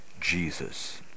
Jesus